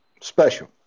Special